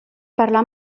parlar